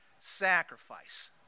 sacrifice